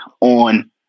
on